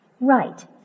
Right